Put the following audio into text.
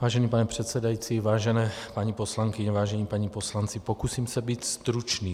Vážený pane předsedající, vážené paní poslankyně, vážení páni poslanci, pokusím se být stručný.